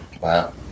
Wow